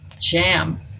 jam